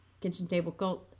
KitchenTableCult